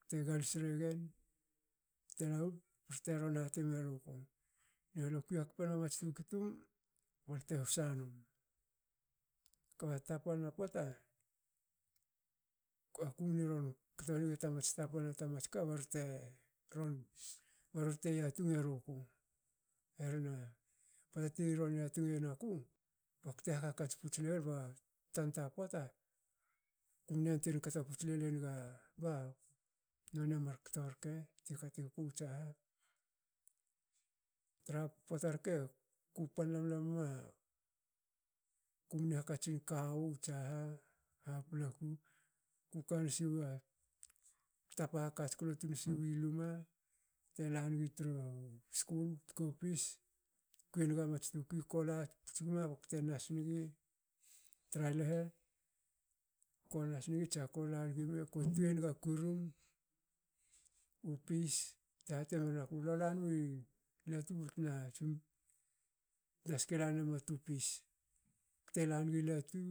bte galsi regen bte ron hati meruku,"yo le kui hakpenma mats tukui tum balte hosa num,"kba tapalna pota ko kumne ron kto nigi ta mats tapalna ta mats ka barte ron barorte yatung eruku. Hrena pota ti ron yatung iyen aku bakute hak hakats puts nigi ba tanta pota. kumne yantuei kto puts lel enga ba nonia mar kto rke ti kati ku tsaha. tra pota rke. ku pan lam- lam ma kumni hakatsin kawu tsaha ha paplaku. ku kansiwa tapa ha katsklo tun siwi lme bte lanigi tru skul tkopis. kui naga mats tukui. kola puts gme bakte nas nigi tra lehe konas nigi tsa kola nigi me ko tuei naga kurum. upis ti hatimiyen aku- lo lanmi latu baltna ske lanema tu pis bakte lanigi latu